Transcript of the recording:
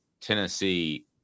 Tennessee